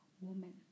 woman